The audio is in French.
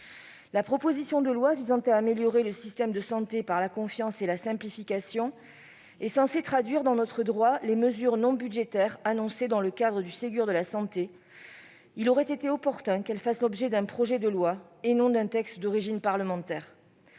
La proposition de loi visant à améliorer le système de santé par la confiance et la simplification est censée traduire dans notre droit les mesures non budgétaires annoncées dans le cadre du Ségur de la santé. Il aurait été opportun que ces mesures fassent l'objet d'un projet de loi et non d'un texte d'origine parlementaire.